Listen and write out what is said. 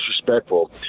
disrespectful